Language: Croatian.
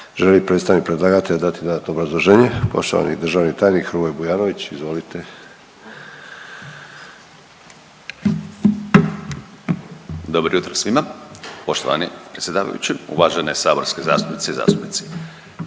Želi li predstavnik predlagatelja dati dodatno obrazloženje? Poštovani državni tajnik Hrvoje Bujanović, izvolite. **Bujanović, Hrvoje** Dobro jutro svima. Poštovani predsjedavajući, uvažene saborske zastupnice i zastupnici.